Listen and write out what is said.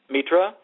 Mitra